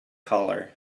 collar